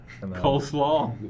Coleslaw